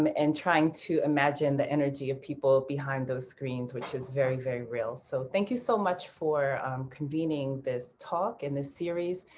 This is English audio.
um and trying to imagine the energy of people behind those screens which is very, very real. so thank you so much for convening this talk and this series.